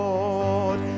Lord